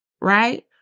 right